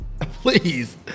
Please